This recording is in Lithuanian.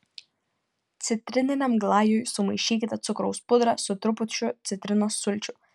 citrininiam glajui sumaišykite cukraus pudrą su trupučiu citrinos sulčių